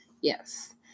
Yes